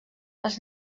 els